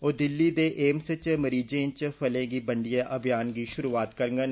ओह दिल्ली ते एम्स च मरीजें च फर्ले गी बंडियै अभियान दी श्रुआत करगंन